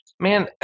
Man